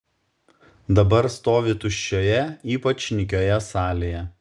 dabar stovi tuščioje ypač nykioje salėje